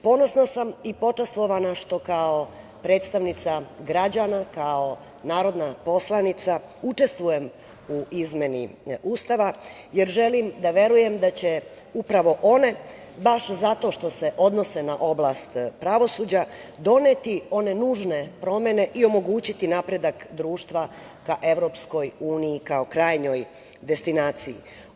Ponosna sam i počastvovana što kao predstavnica građana, kao narodna poslanica, učestvujem u izmeni Ustava, jer želim da verujem da će upravo one, baš zato što se odnose na oblast pravosuđa, doneti one nužne promene i omogućiti napredak društva ka EU kao krajnjoj destinaciji.